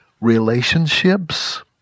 relationships